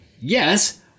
yes